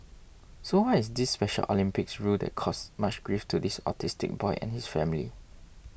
so what is this Special Olympics rule that caused much grief to this autistic boy and his family